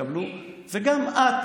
אני עוד מעט